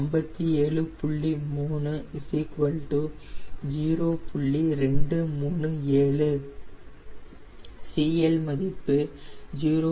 237 CL மதிப்பு 0